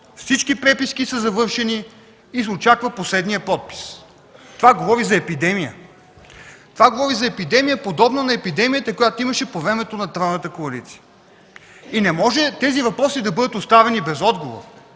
всички преписки са завършени и се очаква последният подпис. Това говори за епидемия. Това говори за епидемия, подобна на онази, която имаше по времето на тройната коалиция. Тези въпроси не могат да бъдат оставени без отговор,